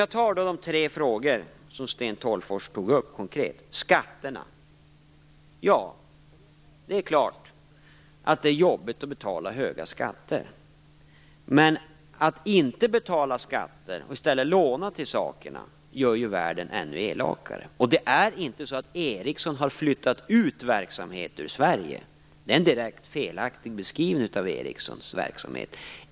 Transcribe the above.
Jag skall då gå igenom de tre konkreta frågor som Sten Tolgfors tog upp, och jag börjar med skatterna. Ja, det är klart att det är jobbigt att betala höga skatter. Men att inte betala skatter och i stället låna till sakerna gör ju världen ännu elakare. Och det är inte så att Ericsson har flyttat ut verksamhet ur Sverige. Det är en direkt felaktig beskrivning av Ericssons verksamhet.